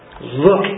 Look